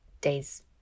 days